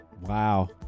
Wow